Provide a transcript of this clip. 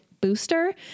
booster